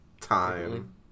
time